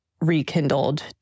rekindled